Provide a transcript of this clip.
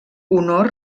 honor